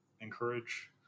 encourage